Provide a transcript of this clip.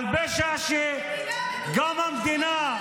על פשע שגם המדינה,